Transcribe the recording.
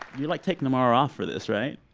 you're, like, taking tomorrow off for this, right?